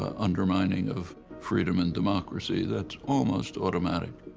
ah undermining of freedom and democracy, that's almost automatic.